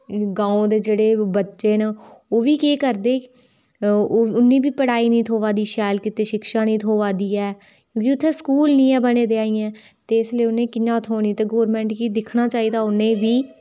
गांव दे जेह्ड़े बच्चे न ओह् बी केह् करदे उ'नें बी पढ़ाई नि थ्होआ दी शैल कीते शिक्षा नि थ्होआ दी ऐ क्यूंकि उत्थै स्कूल गै नेईं ऐ बने दे अजें ते इसलेई उ'नें कि'यां थोह्ड़ी ते गोरमेंट गी दिक्खना चाहिदा उ'नेंईं बी